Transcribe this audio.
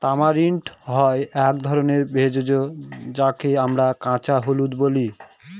tamarind হয় এক ধরনের ভেষজ যাকে আমরা কাঁচা হলুদ বলি